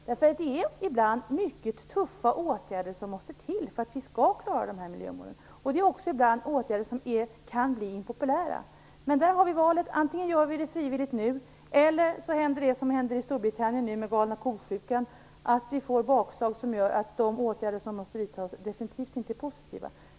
Det måste ibland till mycket tuffa åtgärder för att vi skall klara de här miljömålen, ibland åtgärder som kan bli impopulära. Vi har där ett val mellan att antingen göra det frivilligt nu eller att det blir så som nu händer i Storbritannien med "galna ko-sjukan", att vi får bakslag som gör att de åtgärder som måste vidtas definitivt inte är positiva.